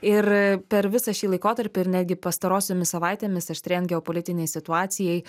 ir per visą šį laikotarpį ir netgi pastarosiomis savaitėmis aštrėjant geopolitinei situacijai